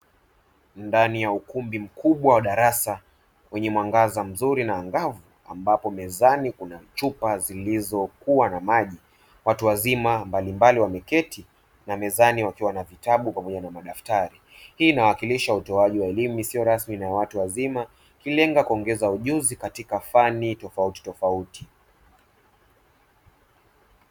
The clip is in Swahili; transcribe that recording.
Ndani ya ukumbi mkubwa wa darasa wenye mwangaza mzuri na angavu ambapo mezani kuna chupa zilizokuwa na maji watu wazima mbalimbali wameketi na mezani wakiwa na vitabu pamoja na madaftari, hii inawakilisha utoaji wa elimu isiyo rasmi na ya watu wazima ikilenga kuongeza ujuzi katika fani tofauti tofauti.